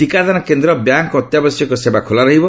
ଟିକାଦାନ କେନ୍ଦ୍ର ବ୍ୟାଙ୍କ ଓ ଅତ୍ୟାବଶ୍ୟକୀୟ ସେବା ଖୋଲା ରହିବ